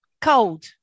Cold